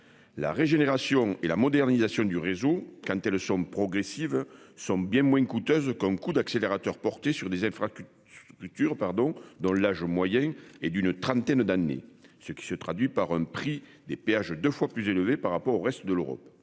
La régénération et la modernisation du réseau quand elle progressive sont bien moins coûteuse qu'un coup d'accélérateur porté sur des elle fera que. Culture pardon dont l'âge moyen et d'une trentaine d'années, ce qui se traduit par un prix des péages 2 fois plus élevé par rapport au reste de l'Europe.